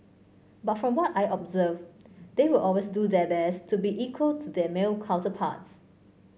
but from what I observed they will always do their best to be equal to their male counterparts